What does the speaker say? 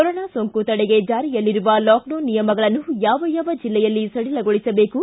corona ಸೋಂಕು ತಡೆಗೆ ಜಾರಿಯಲ್ಲಿರುವ ಲಾಕ್ಡೌನ್ ನಿಯಮಗಳನ್ನು ಯಾವ ಯಾವ ಜಿಲ್ಲೆಯಲ್ಲಿ ಸಡಿಲಗೊಳಿಸಬೇಕು